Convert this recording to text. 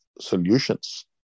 solutions